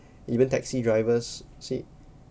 even taxi driver's see